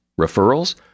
Referrals